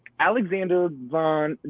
alexander von?